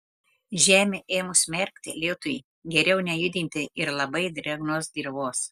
žemę ėmus merkti lietui geriau nejudinti ir labai drėgnos dirvos